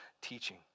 teaching